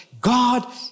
God